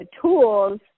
tools